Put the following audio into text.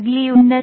अगली उन्नति